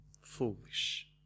foolish